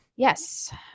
Yes